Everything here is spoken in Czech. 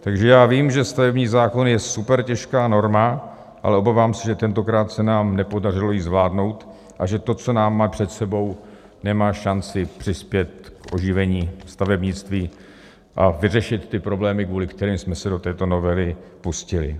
Takže já vím, že stavební zákon je super těžká norma, ale obávám se, že tentokrát se nám nepodařilo ji zvládnout a že to, co máme před sebou, nemá šanci přispět k oživení stavebnictví a vyřešit problémy, kvůli kterým jsme se do této novely pustili.